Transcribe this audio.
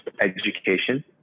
education